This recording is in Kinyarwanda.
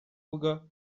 kuvuga